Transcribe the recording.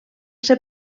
ser